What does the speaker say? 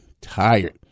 tired